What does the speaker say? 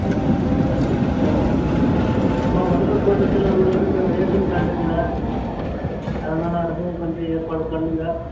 ம் வேறு நம்ப வறுமைக்கோட்டுக்கு கீழே உள்ளவங்களுக்கு இந்த ரேஷன் கார்டு இல்லை அதனால் அதையும் கொஞ்சம் ஏற்பாடு பண்ணுங்கள்